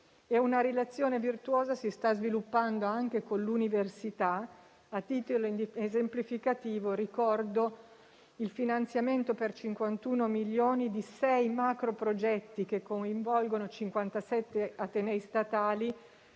Una relazione virtuosa si sta sviluppando anche con l'università. A titolo esemplificativo ricordo il finanziamento per 51 milioni di euro di sei macro progetti, che coinvolgono 57 atenei statali,